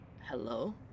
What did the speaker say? Hello